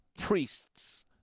priests